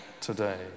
today